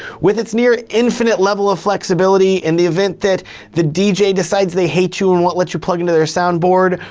with its near infinite level of flexibility in the event that the dj decides they hate you and won't let you plug into their soundboard,